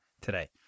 today